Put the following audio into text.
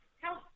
Help